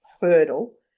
hurdle